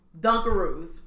dunkaroos